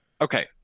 Okay